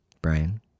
Brian